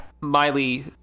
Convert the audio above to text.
Miley